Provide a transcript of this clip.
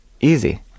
Easy